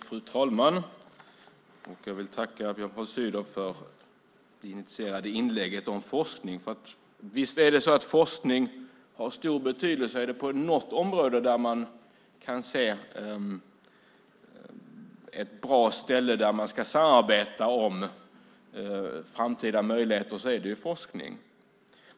Fru talman! Jag vill tacka Björn von Sydow för det initierade inlägget om forskning. Visst är det så att forskning har stor betydelse. Är det på något område där man kan se ett bra ställe där man ska samarbeta om framtida möjligheter är det ju forskning.